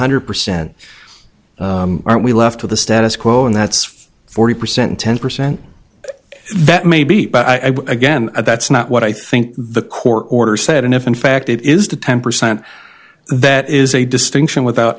hundred percent aren't we left to the status quo and that's forty percent ten percent that may be but again that's not what i think the court order said and if in fact it is the ten percent that is a distinction without